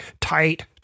tight